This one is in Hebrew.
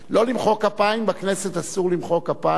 לא למחוא כפיים, בכנסת אסור למחוא כפיים.